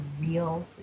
real